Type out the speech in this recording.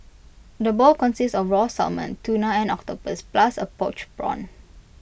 the bowl consists of raw salmon tuna and octopus plus A poached prawn